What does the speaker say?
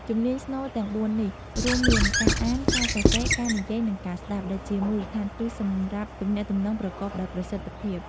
ជំនាញស្នូលទាំងបួននេះ រួមមាន ការអាន ការសរសេរ ការនិយាយ និង ការស្ដាប់ ដែលជាមូលដ្ឋានគ្រឹះសម្រាប់ទំនាក់ទំនងប្រកបដោយប្រសិទ្ធភាព។